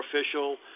Official